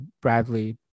Bradley